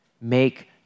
make